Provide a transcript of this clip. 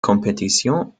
compétition